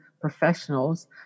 professionals